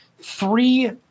Three